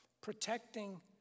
protecting